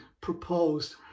proposed